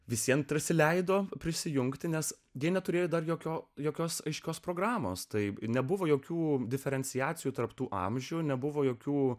visiems prasileido prisijungti nes jie neturėjo jokio jokios aiškios programos taip nebuvo jokių diferenciacija tarp tų amžių nebuvo jokių